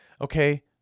Okay